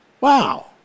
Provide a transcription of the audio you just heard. Wow